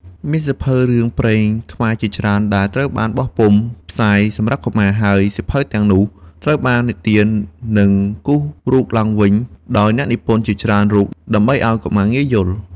មានសៀវភៅរឿងព្រេងខ្មែរជាច្រើនដែលត្រូវបានបោះពុម្ពផ្សាយសម្រាប់កុមារ ហើយសៀវភៅទាំងនោះត្រូវបាននិទាន និងគូររូបឡើងវិញដោយអ្នកនិពន្ធជាច្រើនរូបដើម្បីឲ្យកុមារងាយយល់។